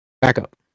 backup